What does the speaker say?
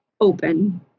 open